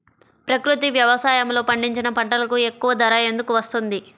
ప్రకృతి వ్యవసాయములో పండించిన పంటలకు ఎక్కువ ధర ఎందుకు వస్తుంది?